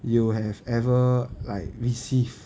you have ever like receive